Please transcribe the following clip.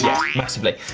yeah massively.